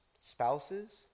spouses